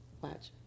watch